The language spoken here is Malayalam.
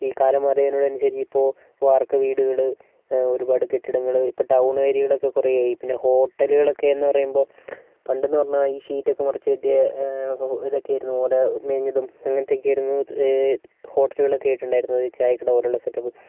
ഈ കാലം മാറിയതിനോടനുസരിച്ച് ഇപ്പോൾ വാർക്കവീടുകൾ ഒരുപാട് കെട്ടിടങ്ങൾ ഇപ്പോൾ ടൗൺ ഏരിയകളൊക്കെ കുറേയായി പിന്നെ ഹോട്ടലുകളൊക്കെയെന്നു പറയുമ്പോൾ പണ്ടെന്നു പറഞ്ഞാൽ ഈ ഷീറ്റൊക്കെ മറച്ചു കെട്ടിയ ഇതൊക്കെയായിരുന്നു ഓല മേഞ്ഞതും അങ്ങനത്തെയൊക്കെ ആയിരുന്നു ഹോട്ടലുകളൊക്കെ ആയിട്ടുണ്ടായിരുന്നത് ചായക്കടപോലുള്ള സെറ്റപ്പ്